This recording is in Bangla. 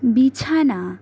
বিছানা